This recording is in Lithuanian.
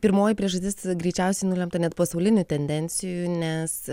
pirmoji priežastis greičiausiai nulemta net pasaulinių tendencijų nes